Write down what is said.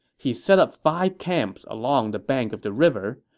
he set up five camps along the bank of the river,